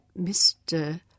Mr